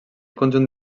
conjunt